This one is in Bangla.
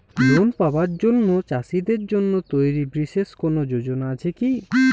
লোন পাবার জন্য চাষীদের জন্য তৈরি বিশেষ কোনো যোজনা আছে কি?